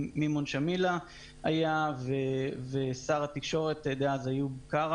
נכח גם מימון שמילה והיה ושר התקשורת דאז איוב קרא